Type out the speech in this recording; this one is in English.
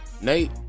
Nate